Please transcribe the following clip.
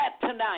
tonight